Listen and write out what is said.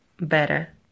Better